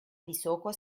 visoko